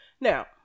now